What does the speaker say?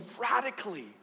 radically